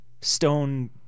stone